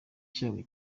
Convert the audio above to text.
cyabo